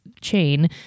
chain